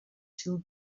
two